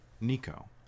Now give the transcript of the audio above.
Nico